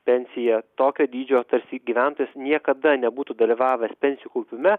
pensija tokio dydžio tarsi gyventojas niekada nebūtų dalyvavęs pensijų kaupime